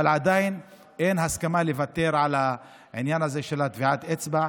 אבל עדיין אין הסכמה לוותר על העניין הזה של טביעת האצבע.